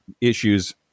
issues